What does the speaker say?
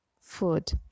food